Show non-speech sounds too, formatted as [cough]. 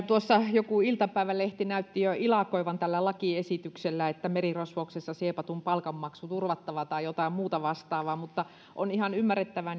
joku iltapäivälehti näytti jo ilakoivan tällä lakiesityksellä että merirosvouksessa siepatun palkanmaksu turvattava tai jotain muuta vastaavaa on ihan ymmärrettävää [unintelligible]